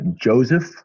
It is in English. Joseph